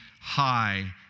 high